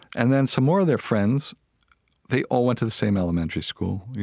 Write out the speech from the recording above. and then some more of their friends they all went to the same elementary school. you